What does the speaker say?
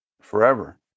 forever